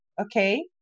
okay